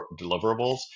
deliverables